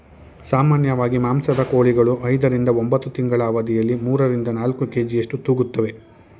ಸಾಮಾನ್ಯವಾಗಿ ಮಾಂಸದ ಕೋಳಿಗಳು ಐದರಿಂದ ಒಂಬತ್ತು ತಿಂಗಳ ಅವಧಿಯಲ್ಲಿ ಮೂರರಿಂದ ನಾಲ್ಕು ಕೆ.ಜಿಯಷ್ಟು ತೂಗುತ್ತುವೆ